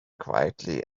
quietly